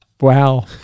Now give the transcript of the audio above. Wow